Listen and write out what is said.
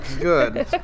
good